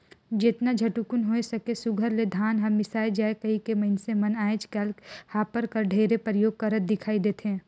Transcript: जेतना झटकुन होए सके सुग्घर ले धान हर मिसाए जाए कहिके मइनसे मन आएज काएल हापर कर ढेरे परियोग करत दिखई देथे